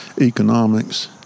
economics